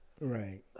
Right